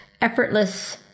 effortless